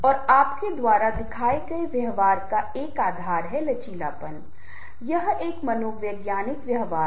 और आपके द्वारा दिखाए गए व्यवहार का एक आधार है लचीलापन यह एक मनोवैज्ञानिक व्यवहार है